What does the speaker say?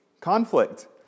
conflict